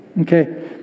Okay